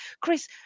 Chris